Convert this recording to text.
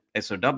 SOW